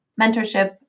mentorship